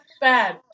bad